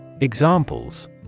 Examples